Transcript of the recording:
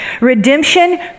Redemption